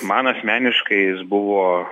man asmeniškai jis buvo